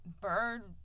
bird